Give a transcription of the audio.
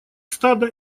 стада